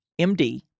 MD